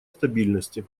стабильности